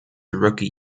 rookie